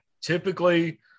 typically